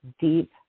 deep